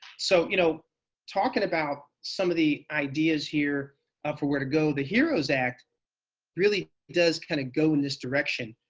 so you know talking about some of the ideas here for where to go, the heroes act really does kind of go in this direction,